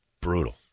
brutal